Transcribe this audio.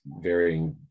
varying